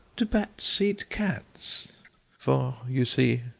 do bats eat cats for, you see,